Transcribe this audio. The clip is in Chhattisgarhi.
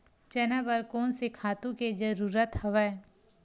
चना बर कोन से खातु के जरूरत हवय?